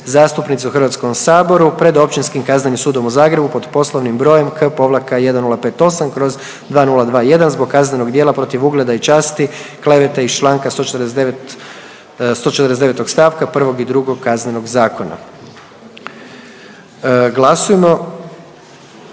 zastupnice u Hrvatskom saboru pred Općinskim kaznenim sudom u Zagrebu pod poslovnim brojem K-1058/2021 zbog kaznenog djela protiv ugleda i časti, klevete iz čl. 149. st. 1. i 2. Kaznenog zakona. Glasujmo.